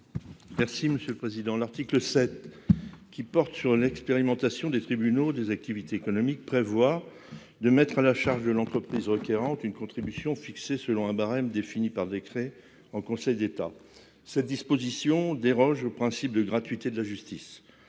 Merci monsieur le président. L'article 7 qui porte sur l'expérimentation des tribunaux des activités économiques prévoit de mettre à la charge de l'entreprise requérantes une contribution fixée selon un barème défini par décret en Conseil d'État. Cette disposition déroge au principe de gratuité de la justice.